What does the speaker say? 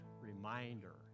reminder